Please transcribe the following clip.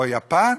או יפן.